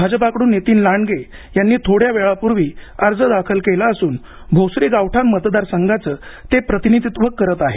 भाजपा कडून नितीन लांडगे यांनी थोड्यावेळापूर्वी अर्ज दाखल केला असून भोसरी गावठाण मतदारसंघाचं ते प्रतिनिधित्व करत आहेत